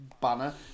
banner